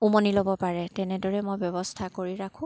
উমনি ল'ব পাৰে তেনেদৰে মই ব্যৱস্থা কৰি ৰাখোঁ